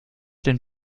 den